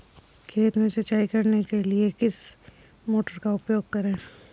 खेत में सिंचाई करने के लिए किस मोटर का उपयोग करें?